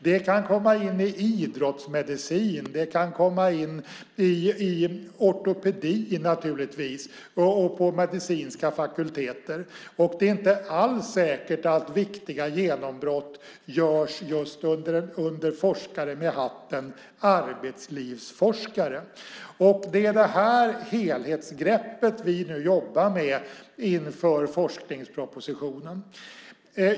Det kan komma in i idrottsmedicin, i ortopedi naturligtvis och på medicinska fakulteter. Det är inte alls säkert att viktiga genombrott görs just av forskare med hatten arbetslivsforskare. Det är detta helhetsgrepp vi jobbar med inför forskningspropositionen.